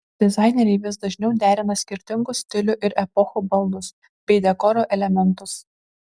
dizaineriai vis dažniau derina skirtingų stilių ir epochų baldus bei dekoro elementus